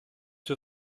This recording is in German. für